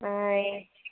ஏ